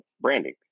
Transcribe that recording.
branding